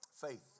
Faith